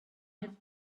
have